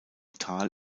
tal